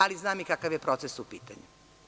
Ali znam i kakav je proces u pitanju.